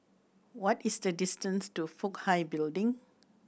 what is the distance to Fook Hai Building